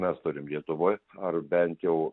mes turim lietuvoj ar bent jau